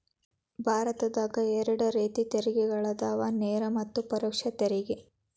ಭಾರತದಾಗ ಎರಡ ರೇತಿ ತೆರಿಗೆಗಳದಾವ ನೇರ ಮತ್ತ ಪರೋಕ್ಷ ತೆರಿಗೆ